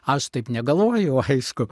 aš taip negalvojau aišku